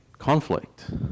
Conflict